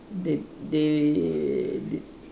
that they did